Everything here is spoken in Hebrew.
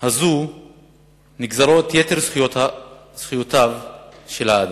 הזו נגזרות יתר זכויותיו של האדם.